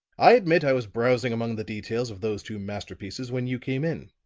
i admit i was browsing among the details of those two masterpieces when you came in.